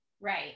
Right